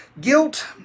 guilt